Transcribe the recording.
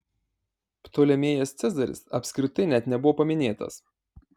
ptolemėjas cezaris apskritai net nebuvo paminėtas